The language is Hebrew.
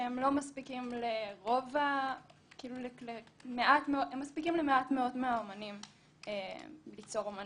שהן מספיקות למעט מאוד מהאמנים ליצור אומנות,